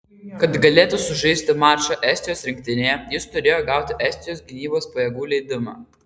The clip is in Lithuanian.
kad galėtų sužaisti mačą estijos rinktinėje jis turėjo gauti estijos gynybos pajėgų leidimą